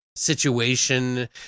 situation